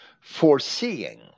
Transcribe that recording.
Foreseeing